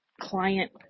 client